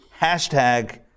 hashtag